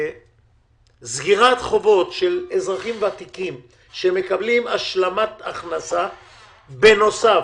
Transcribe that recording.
שיילכו לסגירת חובות של אזרחים ותיקים שמקבלים השלמת הכנסה בנוסף.